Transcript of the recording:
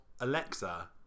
Alexa